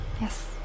Yes